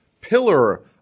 pillar